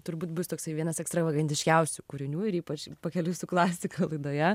turbūt bus toksai vienas ekstravagantiškiausių kūrinių ir ypač pakeliui su klasika laidoje